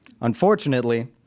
Unfortunately